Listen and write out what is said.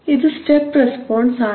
ഇത് step response ആണ്